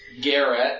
Garrett